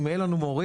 אם יהיו לנו מורים,